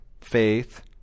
faith